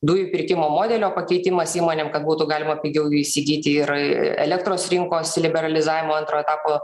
dujų pirkimo modelio pakeitimas įmonėm kad būtų galima pigiau jų įsigyti ir elektros rinkos liberalizavimo antro etapo